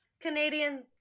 Canadian